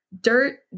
Dirt